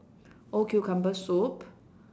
old cucumber soup